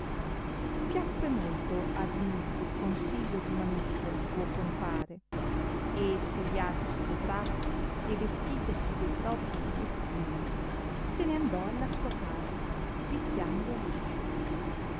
piacque molto a dimitrio il consiglio di manusso suo compare e spogliatosi de drappi e vestitosi de'propi vestimenti se ne andò alla sua casa picchiando